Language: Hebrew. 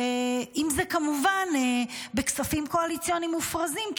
ואם זה כמובן בכספים קואליציוניים מופרזים,